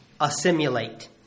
assimilate